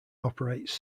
operates